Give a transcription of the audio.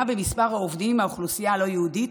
במספר העובדים מהאוכלוסייה הלא-יהודית,